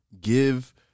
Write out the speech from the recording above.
give